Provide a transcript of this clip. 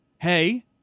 Hey